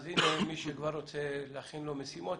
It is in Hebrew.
אז הנה מי שכבר רוצה להכין לו משימות,